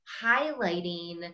highlighting